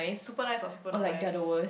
super nice or super not nice